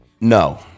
No